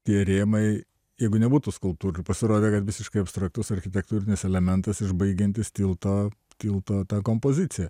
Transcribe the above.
tie rėmai jeigu nebūtų skulptūrų pasirodė kad visiškai abstraktus architektūrinis elementas išbaigiantis tilto tilto kompoziciją